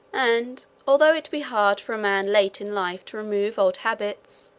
and, although it be hard for a man late in life to remove old habits,